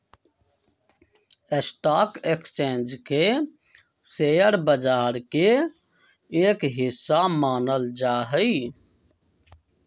stock exchange के share बाजार के एक हिस्सा मानल जा हई